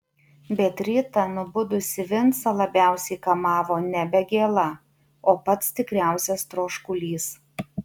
bet rytą nubudusį vincą labiausiai kamavo nebe gėla o pats tikriausias troškulys